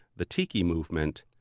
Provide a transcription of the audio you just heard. the tiki movement,